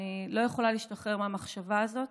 אני לא יכולה להשתחרר מהמחשבה הזאת